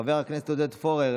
חבר הכנסת עודד פורר,